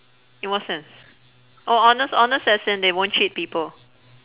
in what sense oh honest honest as in they won't cheat people